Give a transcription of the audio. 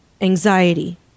anxiety